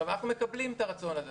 אנחנו מקבלים את הרצון הזה.